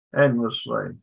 endlessly